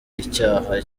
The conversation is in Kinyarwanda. icyaha